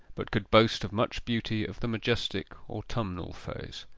but could boast of much beauty of the majestic autumnal phase.